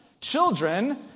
Children